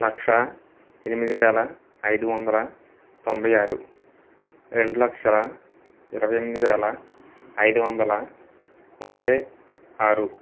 లక్ష ఎనిమిది వేల ఐదు వందల తొంభై ఆరు రెండు లక్షల ఇరవై ఎంది వేల ఐదు వందల ముప్పై ఆరు